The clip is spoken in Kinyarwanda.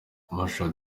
rachid